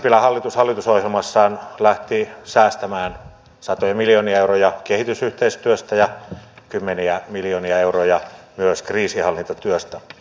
sipilän hallitus hallitusohjelmassaan lähti säästämään satoja miljoonia euroja kehitysyhteistyöstä ja myös kymmeniä miljoonia euroja kriisinhallintatyöstä